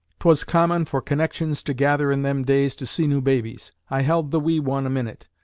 twas common for connections to gather in them days to see new babies. i held the wee one a minute.